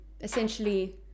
essentially